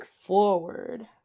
forward